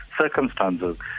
circumstances